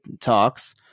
talks